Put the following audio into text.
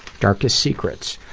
darkest secrets?